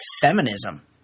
feminism